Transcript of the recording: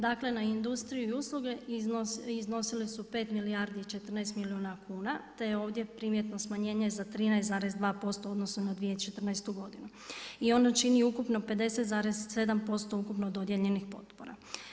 Dakle, na industriju i usluge iznosile su 5 milijardi i 14 milijuna kuna, te je ovdje primjetno smanjenje za 13,2% u odnosu na 2014. godinu i ono čini ukupno 50,7% ukupno dodijeljenih potpora.